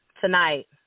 tonight